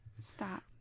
stop